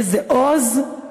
איזה עוז.